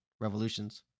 Revolutions